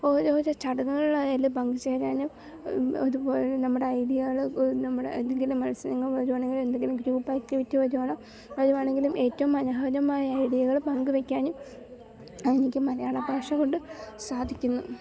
ഓരോരോ ചടങ്ങുകളിലായാലും പങ്കു ചേരാനും ഒരു പോലെ നമ്മുടെ ഐഡിയകൾ നമ്മുടെ എന്തെങ്കിലും മത്സരങ്ങൾ വരികയാണെങ്കിൽ എന്തെങ്കിലും ഗ്രൂപ്പ് ആക്റ്റിവിറ്റി വരികയാണ് വരികയാണെങ്കിലും ഏറ്റവും മനോഹരമായ ഐഡിയകൾ പങ്കു വയ്ക്കാനും എനിക്ക് മലയാള ഭാഷ കൊണ്ട് സാധിക്കുന്നു